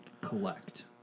collect